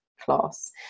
class